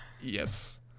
yes